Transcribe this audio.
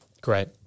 Great